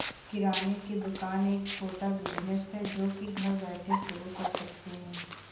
किराने की दुकान एक छोटा बिज़नेस है जो की घर बैठे शुरू कर सकते है